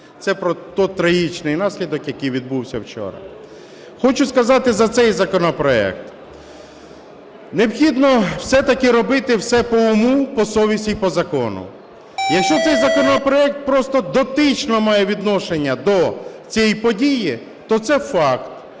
це про той трагічний наслідок, який відбувся вчора. Хочу сказати за цей законопроект, необхідно все-таки робити все по уму, по совісті і по закону. Якщо цей законопроект просто дотично має відношення до цієї події, то це факт.